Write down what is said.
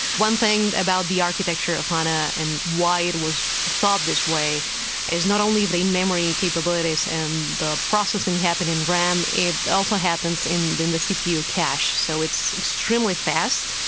one thing about the architecture of hana and why it was thought this way is not only the in-memory capabilities and the processing happened in ram, it also happens in the in the cpu cache. so it's extremely fast.